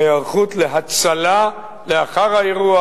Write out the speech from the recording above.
ההיערכות להצלה לאחר האירוע